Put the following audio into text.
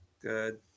Good